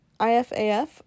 IFAF